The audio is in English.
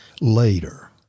later